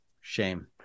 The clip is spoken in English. shame